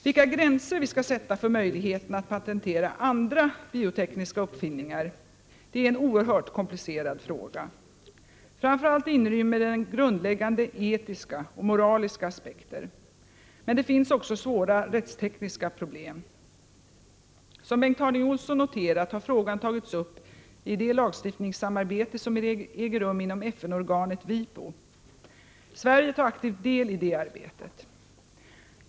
Vilka gränser vi skall sätta för möjligheten att patentera andra biotekniska uppfinningar är en oerhört komplicerad fråga. Framför allt inrymmer den grundläggande etiska och moraliska aspekter. Men det finns också svåra rättstekniska problem. Som Bengt Harding Olson noterat har frågan tagits upp i det lagstiftningssamarbete som äger rum inom FN-organet WIPO . Sverige tar aktiv del i det arbetet.